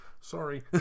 sorry